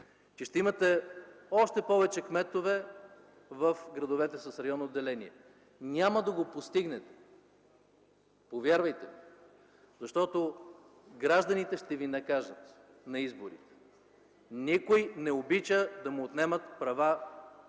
и ще имате още повече кметове в градовете с районно деление. Няма да го постигнете! Повярвайте ми, защото гражданите ще ви накажат на изборите. Никой не обича да му отнемат права,